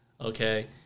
Okay